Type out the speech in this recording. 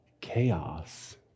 chaos